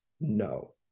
no